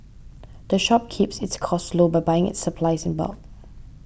the shop keeps its costs low by buying its supplies in bulk